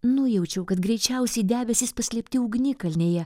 nujaučiau kad greičiausiai debesys paslėpti ugnikalnyje